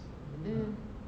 mm